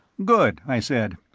good, i said.